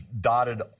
dotted